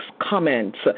comments